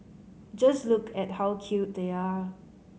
just look at how cute they are